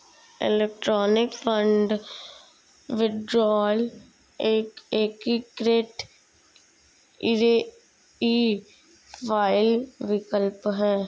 electronic fund withdrawal एक एकीकृत e file विकल्प है